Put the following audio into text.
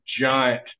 giant